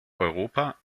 europa